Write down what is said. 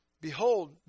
Behold